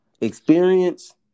experience